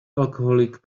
alcoholic